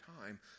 time